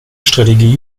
strategie